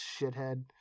shithead